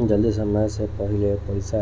जदी समय से पहिले पईसा